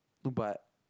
no but